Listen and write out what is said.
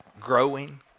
growing